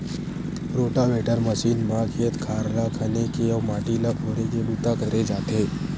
rotavator machine म खेत खार ल खने के अउ माटी ल फोरे के बूता करे जाथे